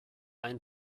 ein